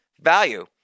value